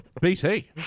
BT